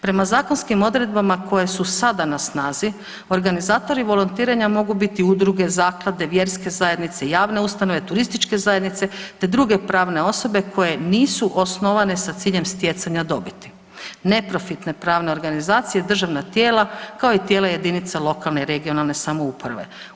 Prema zakonskim odredbama koje su sada na snazi organizatori volontiranja mogu biti udruge, zaklade, vjerske zajednice, javne ustanove, turističke zajednice te druge pravne osobe koje nisu osnovane sa ciljem stjecanja dobiti, neprofitne pravne organizacije, državna tijela kao i tijela jedinica lokalne i regionalne samouprave.